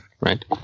right